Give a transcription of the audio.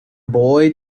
boy